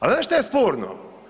Al znate šta je sporno?